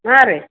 ಹಾಂ ರೀ